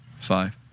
five